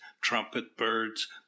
trumpet-birds